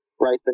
right